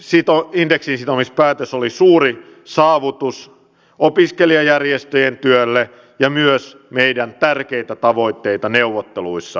tämä indeksiinsitomispäätös oli suuri saavutus opiskelijajärjestöjen työlle ja myös meidän tärkeitä tavoitteita neuvotteluissa